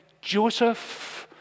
Joseph